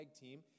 team